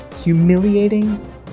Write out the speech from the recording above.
Humiliating